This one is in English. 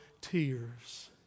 tears